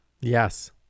yes